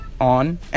on